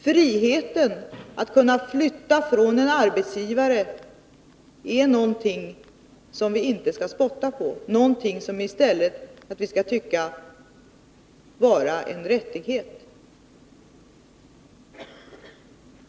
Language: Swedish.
Friheten att kunna flytta från en arbetsgivare är någonting som vi inte skall spotta på, utan någonting som vi i stället skall betrakta som en rättighet.